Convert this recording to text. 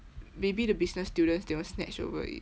maybe the business students they will snatch over it